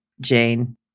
Jane